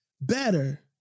better